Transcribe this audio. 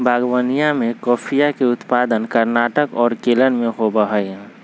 बागवनीया में कॉफीया के उत्पादन कर्नाटक और केरल में होबा हई